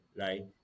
right